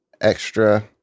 extra